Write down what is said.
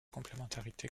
complémentarité